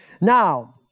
now